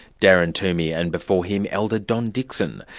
darren toomey and before him, elder don dickson.